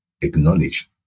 acknowledge